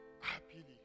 happily